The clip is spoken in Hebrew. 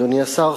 אדוני השר,